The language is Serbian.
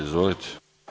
Izvolite.